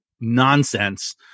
nonsense